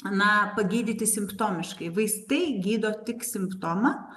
na pagydyti simptomiškai vaistai gydo tik simptomą